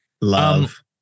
Love